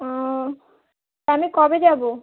ও তাহলে কবে যাবো